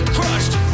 crushed